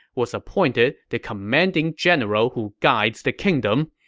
was appointed the commanding general who guides the kingdom,